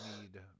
need